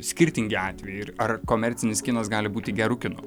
skirtingi atvejai ar komercinis kinas gali būti geru kinu